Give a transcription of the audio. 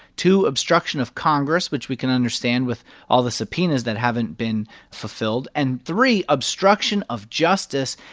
two, obstruction of congress, which we can understand with all the subpoenas that haven't been fulfilled, and three, obstruction of justice.